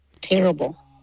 Terrible